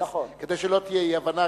כדי שלא תהיה אי-הבנה,